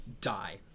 die